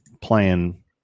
playing